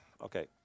Okay